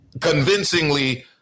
convincingly